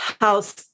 house